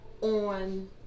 on